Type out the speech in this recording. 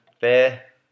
fair